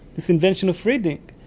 this invention of reading,